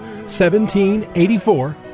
1784